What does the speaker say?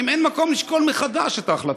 האם אין מקום לשקול מחדש את ההחלטה?